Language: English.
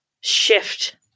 shift